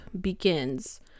begins